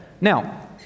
Now